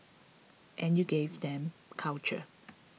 and you give them culture